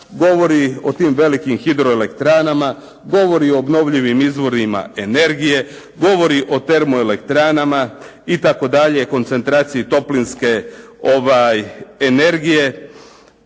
govori o tim velikim hidroelektranama, govori o obnovljivim izvorima energije, govori o termoelektrana itd., koncentraciji toplinske energije.